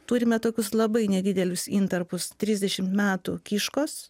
turime tokius labai nedidelius intarpus trisdešim metų kiškos